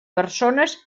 persones